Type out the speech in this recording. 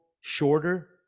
shorter